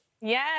Yes